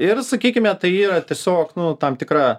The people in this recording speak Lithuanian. ir sakykime tai yra tiesiog nu tam tikra